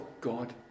God